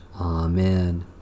Amen